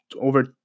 over